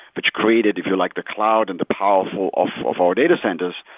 which created, if you like, the cloud and the powerful of of our data centers,